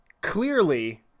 clearly